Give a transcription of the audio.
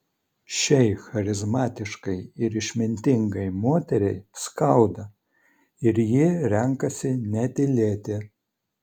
šiai charizmatiškai ir išmintingai moteriai skauda ir ji renkasi netylėti